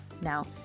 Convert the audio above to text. Now